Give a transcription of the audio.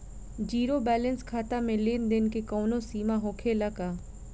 Zero balance खाता में लेन देन के कवनो सीमा होखे ला का?